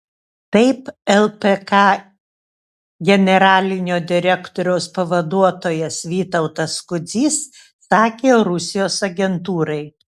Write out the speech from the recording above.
taip lpk generalinio direktoriaus pavaduotojas vytautas kudzys sakė rusijos agentūrai